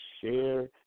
share